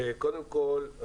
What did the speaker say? קודם כל,